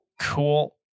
cool